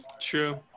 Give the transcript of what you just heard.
true